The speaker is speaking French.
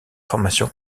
formation